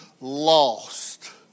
lost